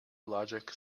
logic